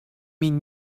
mean